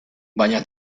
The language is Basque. baina